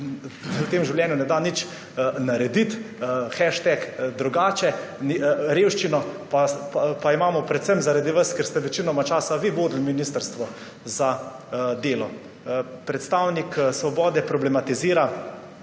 v tem življenju ne da nič narediti, #drugače, revščino pa imamo predvsem zaradi vas, ker ste večino časa vi vodili ministrstvo za delo. Predstavnik Svobode problematizira,